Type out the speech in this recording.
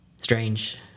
Strange